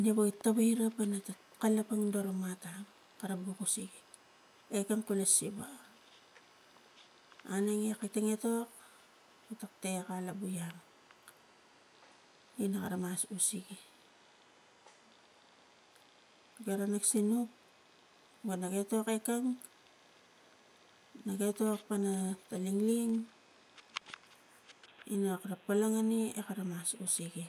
Niva gi tarai ra pana ta kalapang ro la mata kara buko sigi ekeng kula siva aunenge kating etok e tektek alabu ian ina kara mas usege. Gara u sinuk wana etok ekeng na ge tok pana ta lingling ina kara poleng ngini ina mas usege,